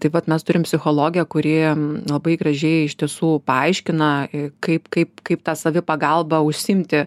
taip pat mes turim psichologę kūrėjams labai gražiai iš tiesų paaiškina kaip kaip kaip ta savipagalba užsiimti